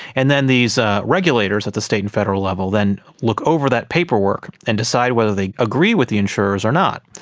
and then these regulators at the state and federal level then look over that paperwork and decide whether they agree with the insurers or not,